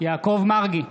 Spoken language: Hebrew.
יעקב מרגי,